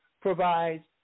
provides